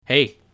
Hey